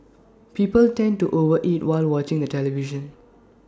people tend to over eat while watching the television